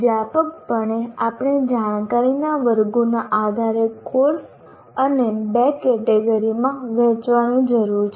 વ્યાપકપણે આપણે જાણકારીના વર્ગોના આધારે કોર્સને બે કેટેગરીમાં વહેંચવાની જરૂર છે